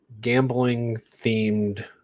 gambling-themed